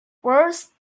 worse